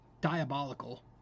diabolical